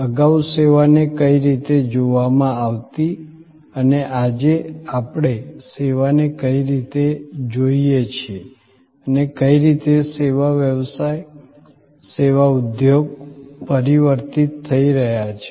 અગાઉ સેવા ને કઈ રીતે જોવા માં આવતી અને આજે આપણે સેવા ને કઈ રીતે જોયે છીએ અને કઈ રીતે સેવા વ્યવસાય સેવા ઉધોગો પરિવર્તિત થઈ રહ્યા છે